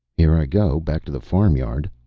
here i go, back to the farm-yard.